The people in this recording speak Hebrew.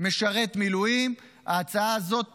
משרת מילואים, ההצעה הזאת תגבר.